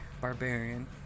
Barbarian